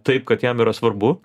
taip kad jam yra svarbu